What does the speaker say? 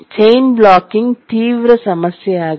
chain blocking ತೀವ್ರ ಸಮಸ್ಯೆಯಾಗಿದೆ